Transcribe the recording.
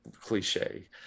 cliche